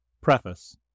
Preface